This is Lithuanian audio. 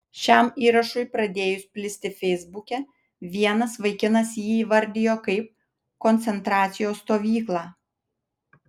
šiam įrašui pradėjus plisti feisbuke vienas vaikinas jį įvardijo kaip koncentracijos stovyklą